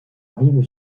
rive